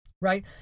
Right